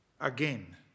again